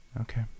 Okay